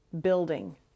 building